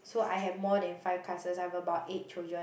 so I have more than five classes I have about eight children